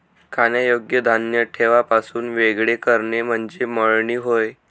खाण्यायोग्य धान्य देठापासून वेगळे करणे म्हणजे मळणी होय